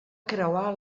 creuar